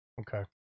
Okay